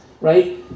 right